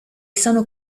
sono